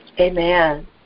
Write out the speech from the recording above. Amen